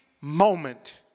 moment